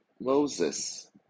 Moses